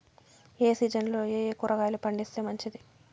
ఏ సీజన్లలో ఏయే కూరగాయలు పండిస్తే మంచిది